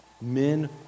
Men